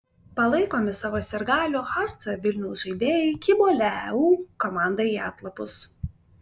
palaikomi savo sirgalių hc vilniaus žaidėjai kibo leu komandai į atlapus